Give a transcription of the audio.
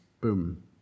Boom